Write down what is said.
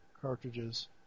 cartridges